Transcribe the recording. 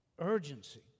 urgency